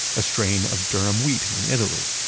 a strain of durum wheat in italy,